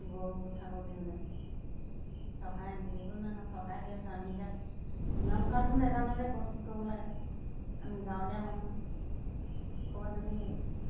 গৰু ছাগলী গ'লে চৰকাৰে নিদিওঁ বুলিও নাইকোৱা চৰকাৰে দি আছে আমি এতিয়া নিয়ম কানুনবোৰ নেজানো যে ক'ত কি কৰিব লাগে আমি গাঁৱলীয়া মানুহ ক'ৰবাত যদি